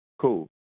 cool